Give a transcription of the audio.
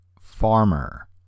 Farmer